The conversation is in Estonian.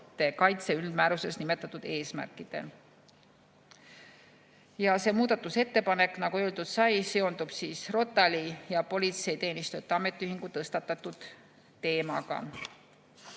kaitse üldmääruses nimetatud eesmärkidel. Ja see muudatusettepanek, nagu öeldud sai, seondub ROTAL-i ja Politseiteenistujate Ametiühingu tõstatatud teemaga.